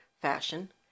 fashion